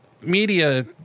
media